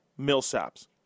Millsaps